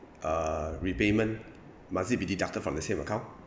uh repayment must it be deducted from the same account